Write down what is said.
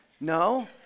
No